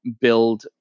build